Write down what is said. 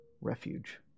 refuge